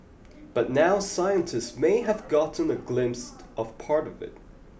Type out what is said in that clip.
but now scientists may have gotten a glimpse of part of it